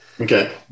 Okay